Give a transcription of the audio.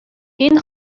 این